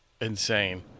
insane